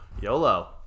yolo